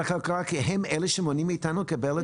הכלכלה כי הם אלה שמונעים מאיתנו לקבל את הרישום?